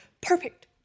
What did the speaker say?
perfect